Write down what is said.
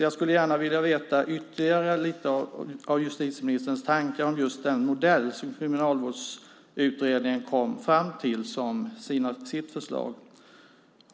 Jag skulle gärna vilja höra ytterligare lite om justitieministerns tankar om just den modell som Kriminalvårdsutredningen kom fram till som sitt förslag.